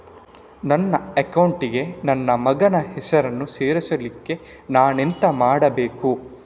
ನನ್ನ ಅಕೌಂಟ್ ಗೆ ನನ್ನ ಮಗನ ಹೆಸರನ್ನು ಸೇರಿಸ್ಲಿಕ್ಕೆ ನಾನೆಂತ ಮಾಡಬೇಕು?